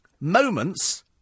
Moments